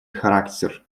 характер